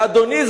ואדוני,